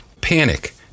panic